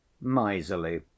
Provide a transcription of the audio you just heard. miserly